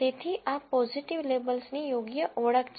તેથી આ પોઝીટિવ લેબલ્સની યોગ્ય ઓળખ છે